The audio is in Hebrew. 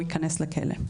הוא ייכנס לכלא.